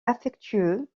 affectueux